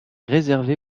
réservée